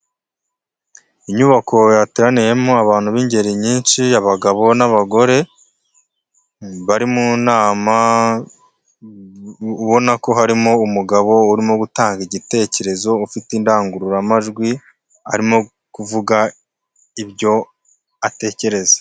Inyubako yateraniyemo abantu b'ingeri nyinshi abagabo n'abagore, bari mu nama ubona ko harimo umugabo urimo gutanga igitekerezo ufite indangururamajwi, arimo kuvuga ibyo atekereza.